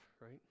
right